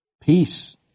peace